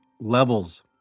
levels